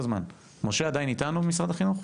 משה עדיין איתנו, ממשרד החינוך?